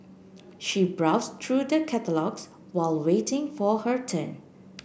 she browse through the catalogues while waiting for her turn